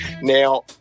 Now